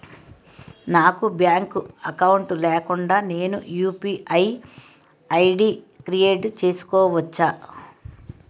నాకు bank account లేకుండా నేను యు.పి.ఐ ఐ.డి క్రియేట్ చేసుకోవచ్చా?